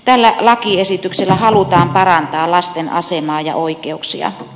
tällä lakiesityksellä halutaan parantaa lasten asemaa ja oikeuksia